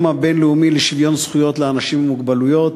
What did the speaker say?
הבין-לאומי לשוויון זכויות לאנשים עם מוגבלויות.